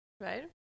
right